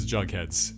Jugheads